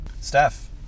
Steph